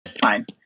Fine